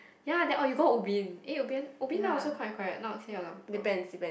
ya that or you go Ubin eh Ubin Ubin now also quite quiet not say a lot people